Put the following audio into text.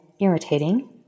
Irritating